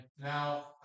now